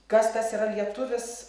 kas tas yra lietuvis